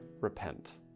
repent